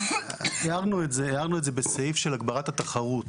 הערנו את זה בסעיף של הגברת התחרות.